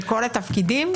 לכל התפקידים?